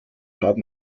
haben